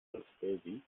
elspezi